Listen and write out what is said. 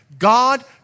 God